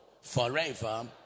forever